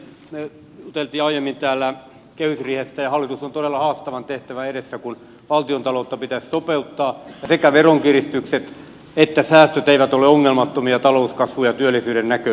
me juttelimme aiemmin täällä kehysriihestä ja hallitus on todella haastavan tehtävän edessä kun valtiontaloutta pitäisi sopeuttaa eivätkä veronkiristykset sen enempää kuin säästötkään ole ongelmattomia talouskasvun ja työllisyyden näkövinkkelistä